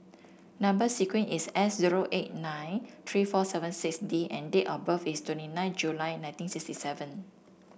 number sequence is S zero eight nine three four seven six D and date of birth is twenty nine July nineteen sixty seven